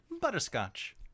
Butterscotch